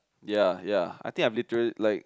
ya ya I think I literally like